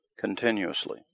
continuously